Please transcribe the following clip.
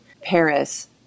Paris